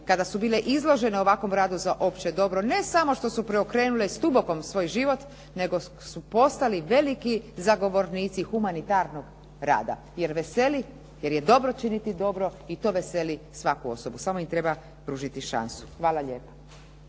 kada su bile izložene ovakvom radu za opće dobro ne samo što su preokrenule s dubokom svoj život, nego su postali veliki zagovornici humanitarnog rada jer veseli, jer je dobro činiti dobro i to veseli svaku osobu. Samo im treba pružiti šansu. Hvala lijepa.